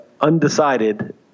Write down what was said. undecided